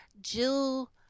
Jill